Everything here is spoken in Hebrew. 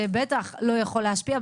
שבטח לא יכול להשפיע.